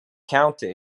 county